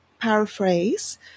paraphrase